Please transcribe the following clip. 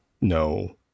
No